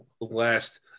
last